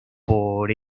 por